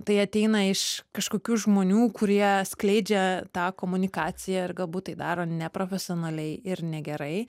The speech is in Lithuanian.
tai ateina iš kažkokių žmonių kurie skleidžia tą komunikaciją ir galbūt tai daro neprofesionaliai ir negerai